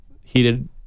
heated